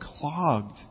clogged